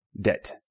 debt